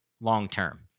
long-term